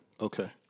Okay